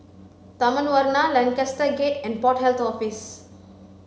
Taman Warna Lancaster Gate and Port Health Office